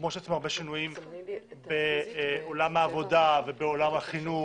כמו שעושים הרבה שינויים בעולם העובדה ובעולם החינוך,